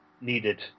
needed